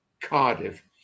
Cardiff